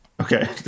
Okay